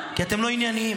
כי אתם לא ענייניים.